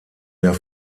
der